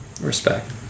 respect